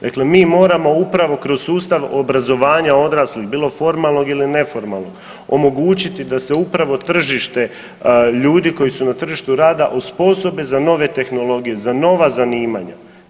Dakle, mi moramo upravo kroz sustav obrazovanja odraslih bilo formalnog ili neformalnog omogućiti da se upravo tržište ljudi koji su na tržištu rada osposobe za nove tehnologije, za nova zanimanja.